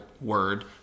word